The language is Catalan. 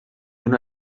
una